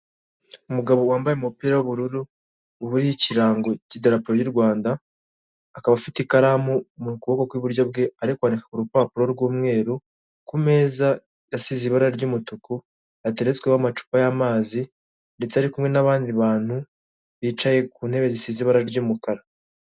Umugabo wambaye umupira w'ubururu, uriho ikirango cy'idarapo ry'u Rwanda, akaba afite ikaramu mu kuboko kw'iburyo bwe, ari kwandika ku urupapuro rw'umweru, ku meza yasize ibara ry'umutuku, yateretsweho amacupa y'amazi, ndetse ari kumwe n'abandi bantu, bicaye ku ntebe zisize ibara ry'umukara.